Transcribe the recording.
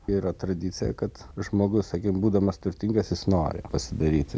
yra tradicija kad žmogus sakykim būdamas turtingas jis nori pasidaryti